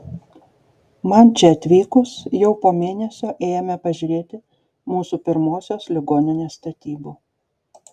man čia atvykus jau po mėnesio ėjome pažiūrėti mūsų pirmosios ligoninės statybų